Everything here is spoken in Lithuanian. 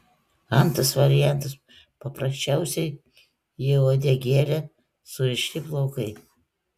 antras variantas paprasčiausiai į uodegėlę surišti plaukai